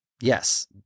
Yes